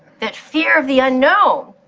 that fear of the unknown,